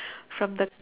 from the